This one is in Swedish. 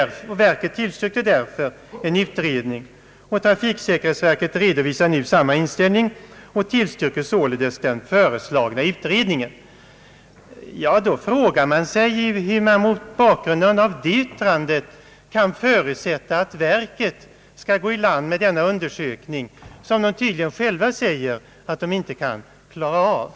Verket tillstyrkte därför en viss utredning. Trafiksäkerhetsverket redovisar nu samma inställning och tillstyrker således den föreslagna utredningen. Mot bakgrunden av det yttrandet frågar jag mig hur utskottet kan förutsätta att verket skall gå i land med denna undersökning, som verket enligt vad det självt säger inte kan klara av.